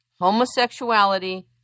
Homosexuality